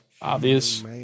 obvious